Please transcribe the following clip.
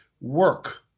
work